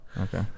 Okay